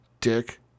dick